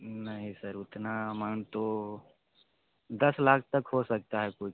नहीं सर उतना अमाउंट तो दस लाख तक हो सकता है कुछ